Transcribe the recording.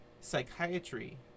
psychiatry